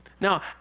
Now